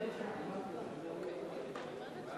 מדובר על הצעת חוק המוזיאונים (תיקון מס' 2) (החלת החוק